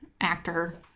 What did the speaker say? actor